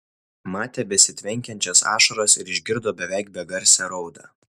matė besitvenkiančias ašaras ir išgirdo beveik begarsę raudą